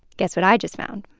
guess what i just found?